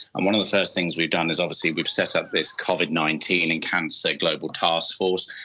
and one of the first things we've done is obviously we've set up this covid nineteen in cancer global taskforce.